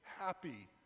happy